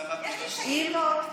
יש סדר, יש סדר.